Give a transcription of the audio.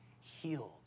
healed